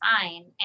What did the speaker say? fine